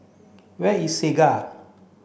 where is Segar